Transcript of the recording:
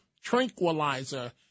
tranquilizer